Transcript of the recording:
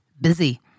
busy